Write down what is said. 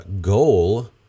goal